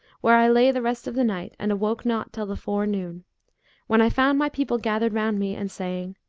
where i lay the rest of the night and awoke not till the forenoon, when i found my people gathered round me and saying,